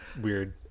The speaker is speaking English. weird